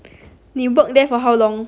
you work there for how long